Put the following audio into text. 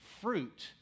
fruit